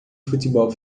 futebol